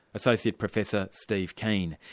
associate professor steve keen.